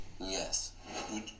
Yes